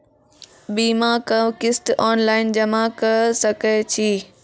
बीमाक किस्त ऑनलाइन जमा कॅ सकै छी?